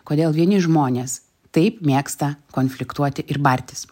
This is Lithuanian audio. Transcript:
kodėl vieni žmonės taip mėgsta konfliktuoti ir bartis